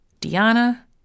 Diana